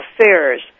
Affairs